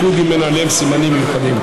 בייחוד אם אין עליהם סימנים מיוחדים.